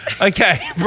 Okay